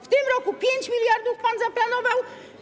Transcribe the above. W tym roku 5 mld pan zaplanował.